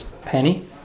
penny